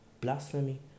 blasphemy